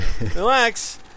relax